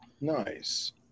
Nice